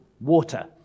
water